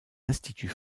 institut